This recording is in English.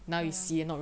ya